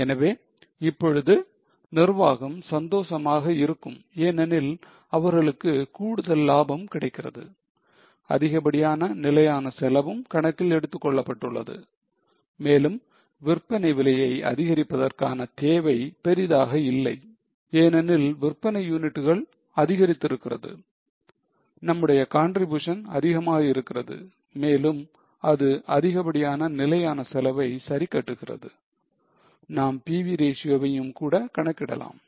எனவே இப்பொழுது நிர்வாகம் சந்தோஷமாக இருக்கும் ஏனெனில் அவர்களுக்கு கூடுதல் லாபம் கிடைக்கிறது அதிகப்படியான நிலையான செலவும் கணக்கில் எடுத்துக்கொள்ளப்பட்டுள்ளது மேலும் விற்பனை விலையை அதிகரிப்பதற்கான தேவை பெரிதாக இல்லை ஏனெனில் விற்பனை யூனிட்டுகள் அதிகரித்திருக்கிறது நம்முடைய contribution அதிகமாக இருக்கிறது மேலும் அது அதிகப்படியான நிலையான செலவை சரி கட்டுகிறது நாம் PV ratio வையும் கூட கணக்கிடலாம்